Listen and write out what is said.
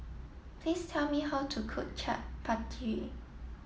please tell me how to cook Chaat Papri